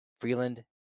Freeland